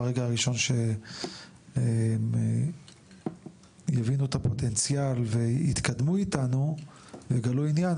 ברגע הראשון שהם יבינו את הפוטנציאל ויתקדמו איתנו ויגלו עניין,